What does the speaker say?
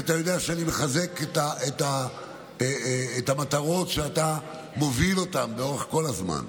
כי אתה יודע שאני מחזק את המטרות שאתה מוביל לאורך כל הזמן,